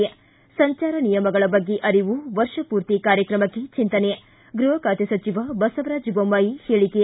ಿ ಸಂಚಾರ ನಿಯಮಗಳ ಬಗ್ಗೆ ಅರಿವು ವರ್ಷ ಪೂರ್ತಿ ಕಾರ್ಯಕ್ರಮಕ್ಕೆ ಚಿಂತನೆ ಗ್ಬಹ ಖಾತೆ ಸಚಿವ ಬಸವರಾಜ್ ಬೊಮ್ಖಾಯಿ ಹೇಳಿಕೆ